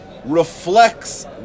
reflects